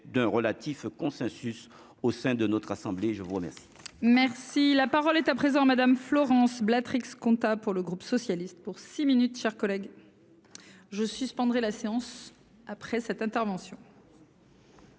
d'un relatif consensus au sein de notre assemblée, je vous remercie. Merci, la parole est à présent Madame Florence blattes comptable pour le groupe socialiste, pour six minutes chers collègues. Je suspendrai la séance après cette intervention.